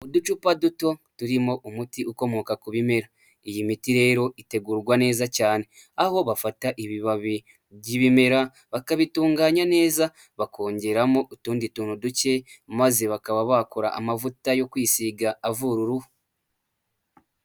Uducupa duto turimo umuti ukomoka ku bimera iyi miti rero itegurwa neza cyane, aho bafata ibibabi by'ibimera bakabitunganya neza bakongeramo utundi tuntu duke maze bakaba bakora amavuta yo kwisiga avura uruhu.